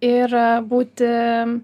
ir būti